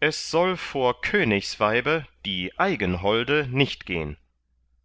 es soll vor königsweibe die eigenholde nicht gehn